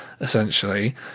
essentially